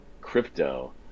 crypto